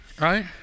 right